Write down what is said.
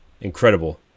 incredible